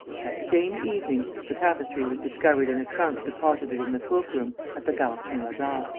that same evening, the tapestry was discovered in a trunk deposited in the cloak-room at the gare saint-lazare.